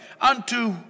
Unto